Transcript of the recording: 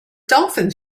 dolphins